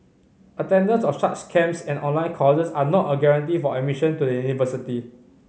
attendance of such camps and online courses are not a guarantee for admission to the university